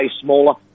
smaller